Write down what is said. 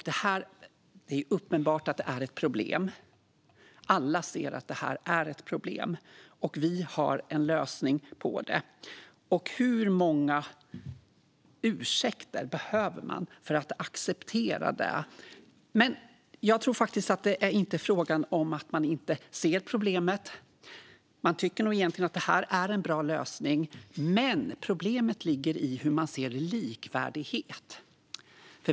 Det är uppenbart att det är ett problem. Alla ser att det är ett problem, och vi har en lösning på det. Hur många ursäkter behöver man för att acceptera det? Jag tror att det inte är fråga om att man inte ser problemet. Man tycker nog egentligen att det är en bra lösning. Problemet ligger i hur man ser på likvärdighet.